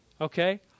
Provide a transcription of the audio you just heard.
Okay